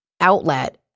outlet